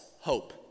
hope